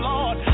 Lord